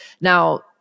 Now